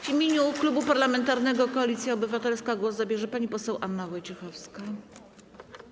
W imieniu Klubu Parlamentarnego Koalicja Obywatelska głos zabierze pani poseł Anna Wojciechowska.